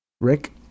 Rick